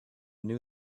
knew